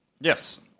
Yes